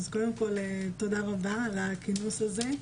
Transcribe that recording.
תודה רבה על הכינוס הזה.